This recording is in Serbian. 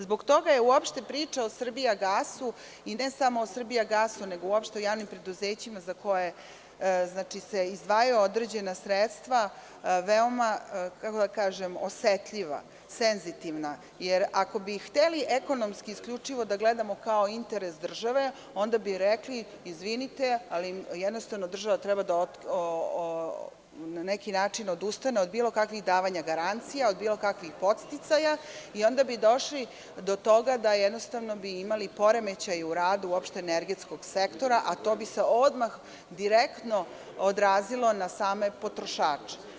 Zbog toga je uopšte priča o „Srbijagasu“ i ne samo o „Srbijagasu“, nego uopšte u javnim preduzećima za koje se izdvajaju određena sredstva, veoma, kako da kažem, osetljiva, senzitivna, jer ako bi hteli ekonomski isključivo da gledamo kao interes države, onda bi rekli – izvinite, ali jednostavno država treba da na neki način odustane od bilo kakvih davanja garancija, od bilo kakvih podsticaja i onda bi došli do toga da bi jednostavno imali poremećaj u radu uopšte energetskog sektora, a to bi se odmah direktno odrazilo na same potrošače.